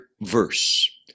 verse